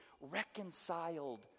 reconciled